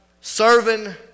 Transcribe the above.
serving